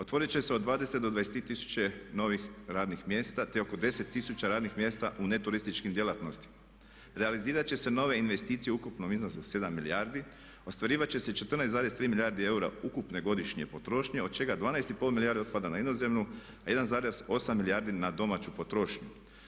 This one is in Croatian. Otvorit će se od 20-23 tisuće novih radnih mjesta te oko deset tisuća radnih mjesta u ne turističkim djelatnostima, realizirat će se nove investicije u ukupnom iznosu od 7 milijardi, ostvarivat će se 14,3 milijardi eura ukupne godišnje potrošnje od čega 12,5 milijardi otpada na inozemnu a 1,8 milijardi na domaću potrošnju.